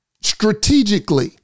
strategically